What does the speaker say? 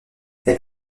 elle